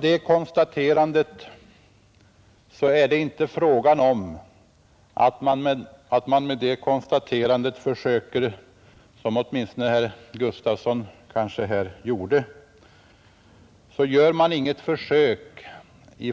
Det konstaterandet innebär inte något försök